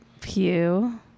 Pew